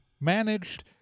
managed